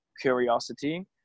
curiosity